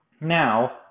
Now